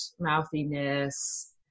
mouthiness